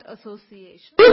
Association